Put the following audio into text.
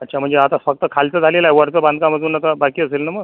अच्छा म्हणजे आता फक्त खालचं झालेलं आहे वरचं बांधकाम अजून आता बाकी असेल ना मग